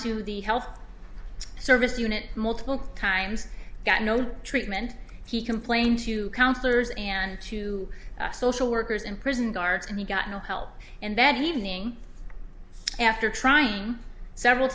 to the health service unit multiple times got no treatment he complained to counselors and to social workers and prison guards and he got no help and then evening after trying several